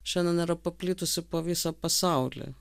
šiandien yra paplitusi po visą pasaulį